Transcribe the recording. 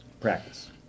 practice